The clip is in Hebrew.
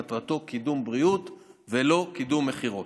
מטרתו קידום בריאות ולא קידום מכירות.